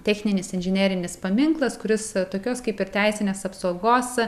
techninis inžinerinis paminklas kuris tokios kaip ir teisinės apsaugos